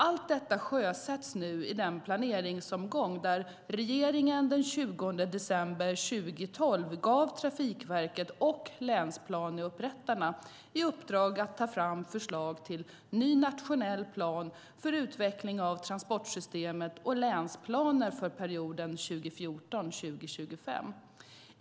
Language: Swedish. Allt detta sjösätts nu i den planeringsomgång där regeringen den 20 december 2012 gav Trafikverket och länsplaneupprättarna i uppdrag att ta fram förslag till ny nationell plan för utveckling av transportsystemet och länsplaner för perioden 2014-2025.